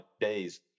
days